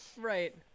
right